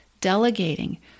delegating